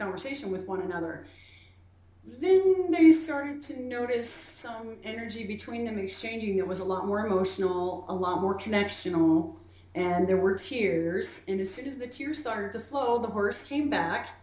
conversation with one another then they started to notice some energy between them exchanging it was a lot more emotional a lot more connects you know and there were cheers induces that you start to flow the first team back